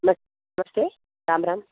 मत् नमस्ते रां राम्